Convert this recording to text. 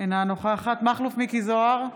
אינה נוכחת מכלוף מיקי זוהר,